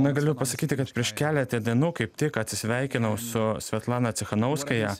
na galiu pasakyti kad prieš keletą dienų kaip tik atsisveikinau su svetlana cechanauskaja